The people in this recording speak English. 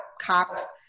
cop